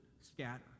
scatter